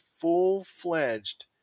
full-fledged